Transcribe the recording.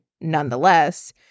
nonetheless